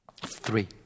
Three